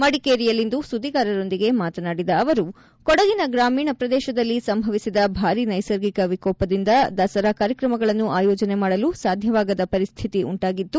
ಮಡಿಕೇರಿಯಲ್ಲಿಂದು ಸುದ್ದಿಗಾರರೊಂದಿಗೆ ಮಾತನಾಡಿದ ಅವರು ಕೊಡಗಿನ ಗ್ರಾಮೀಣ ಪ್ರದೇಶದಲ್ಲಿ ಸಂಭವಿಸಿದ ಭಾರಿ ನೈಸರ್ಗಿಕ ವಿಕೋಪದಿಂದ ದಸರಾ ಕಾರ್ಯಕ್ರಮಗಳನ್ನು ಆಯೋಜನೆ ಮಾಡಲು ಸಾಧ್ಯವಾಗದ ಪರಿಸ್ಥಿತಿ ಉಂಟಾಗಿತ್ತು